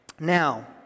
Now